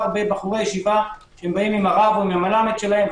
בבחורי ישיבה עם הרב או עם המלמד שלהם,